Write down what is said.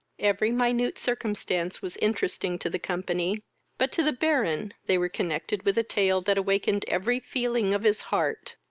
every minute circumstance was interesting to the company but to the baron they were connected with a tale that awakened every feeling of his heart.